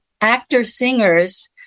actor-singers